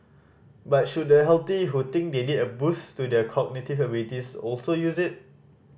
but should the healthy who think they need a boost to their cognitive abilities also use it